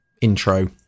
intro